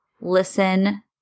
Listen